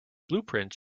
footprints